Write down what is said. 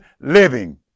living